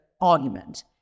argument